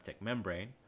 membrane